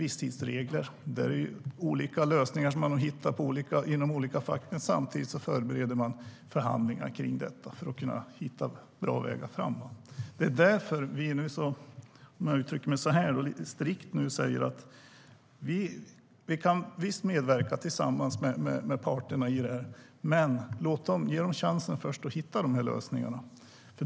Man har hittat olika lösningar för det inom olika fack. Men för att kunna hitta bra vägar framåt förbereder man samtidigt förhandlingar om det. Därför säger vi nu att vi, lite strikt uttryckt, visst kan medverka tillsammans med parterna i det här, men ge dem först chansen att hitta lösningarna.